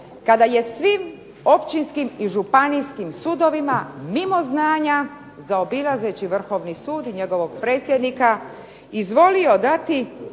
kada je svim općinskim i županijskim sudovima mimo znanja zobilazeći Vrhovni sud i njegovog predsjednika izvolio dati